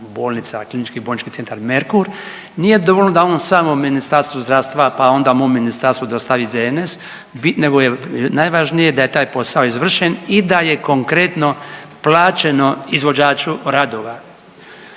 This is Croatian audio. ne znam bolnica, KBC Merkur, nije dovoljno da on samom Ministarstvu zdravstva, pa onda mom ministarstvu dostavi ZNS nego je najvažnije da je taj posao izvršen i da je konkretno plaćeno izvođaču radova.